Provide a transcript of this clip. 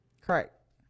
Correct